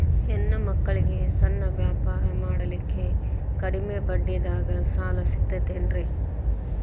ಹೆಣ್ಣ ಮಕ್ಕಳಿಗೆ ಸಣ್ಣ ವ್ಯಾಪಾರ ಮಾಡ್ಲಿಕ್ಕೆ ಕಡಿಮಿ ಬಡ್ಡಿದಾಗ ಸಾಲ ಸಿಗತೈತೇನ್ರಿ?